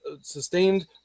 sustained